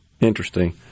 interesting